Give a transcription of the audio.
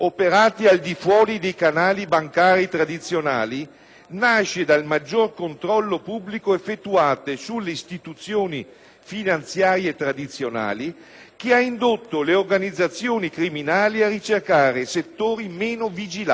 finanziarie tradizionali, che ha indotto le organizzazioni criminali a ricercare settori meno vigilati nell'ambito dei quali è quasi nullo il rischio che il fine illecito dei movimenti finanziari possa essere scoperto.